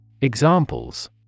Examples